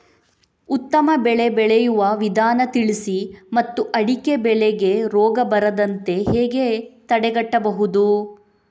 ಉತ್ತಮ ಬೆಳೆ ಬೆಳೆಯುವ ವಿಧಾನ ತಿಳಿಸಿ ಮತ್ತು ಅಡಿಕೆ ಬೆಳೆಗೆ ರೋಗ ಬರದಂತೆ ಹೇಗೆ ತಡೆಗಟ್ಟಬಹುದು?